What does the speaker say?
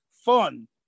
fun